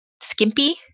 skimpy